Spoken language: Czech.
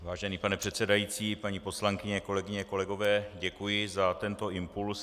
Vážený pane předsedající, paní poslankyně, kolegyně a kolegové, děkuji za tento impuls.